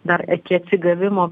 dar eki atsigavimo